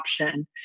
option